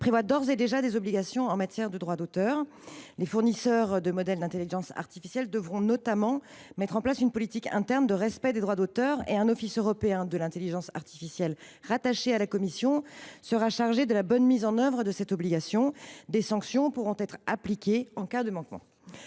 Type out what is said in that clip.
prévoit d’ores et déjà des obligations en matière de droit d’auteur. Les fournisseurs de modèles d’intelligence artificielle devront notamment mettre en place une politique interne de respect des droits d’auteur. Un office européen de l’intelligence artificielle rattaché à la Commission sera chargé de la bonne mise en œuvre de cette obligation, des sanctions pouvant être appliquées en cas de manquement.